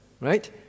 right